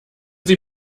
sie